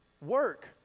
Work